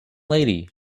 lady